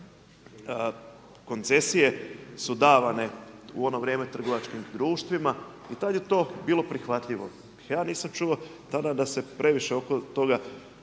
Koncesije su davane u ono vrijeme trgovačkim društvima i tad je to bilo prihvatljivo. Ja nisam čuo tada da se previše oko toga